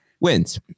wins